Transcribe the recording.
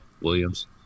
Williams